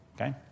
Okay